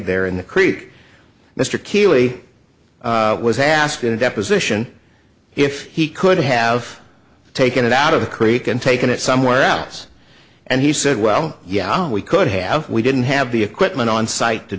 there in the creek mr kiely was asked in a deposition if he could have taken it out of the creek and taken it somewhere else and he said well yeah we could have we didn't have the equipment on site to